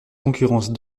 concurrence